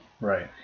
Right